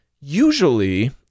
usually